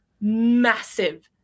massive